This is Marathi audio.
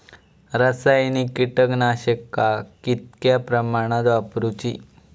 रासायनिक कीटकनाशका कितक्या प्रमाणात वापरूची?